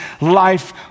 life